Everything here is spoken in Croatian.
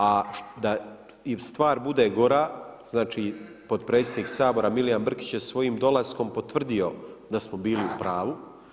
A da i stvar bude gora znači potpredsjednik Sabora Milijan Brkić je svojim dolaskom potvrdio da smo bili u pravu.